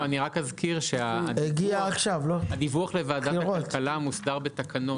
אזכיר שהדיווח לוועדת כלכלה מוסדר בתקנות